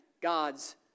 God's